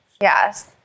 Yes